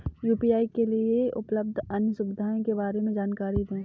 UPI के लिए उपलब्ध अन्य सुविधाओं के बारे में जानकारी दें?